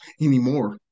anymore